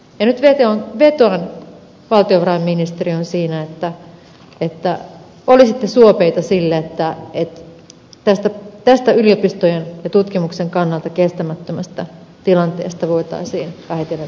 nyt vetoan valtiovarainministeriöön siinä että olisitte suopeita sille että tästä yliopistojen ja tutkimuksen kannalta kestämättömästä tilanteesta voitaisiin vähitellen päästä irti